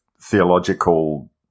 theological